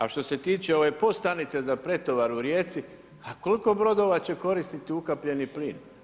A što se tiče ove podstanice za pretovara u Rijeci, a koliko brodova će koristit ukapljeni plin?